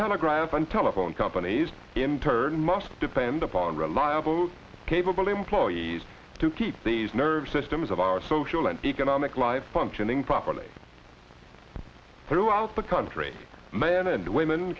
telegraph and telephone companies in turn must depend upon reliable capable employees to keep these nervous systems of our social and economic life functioning properly throughout the country man and women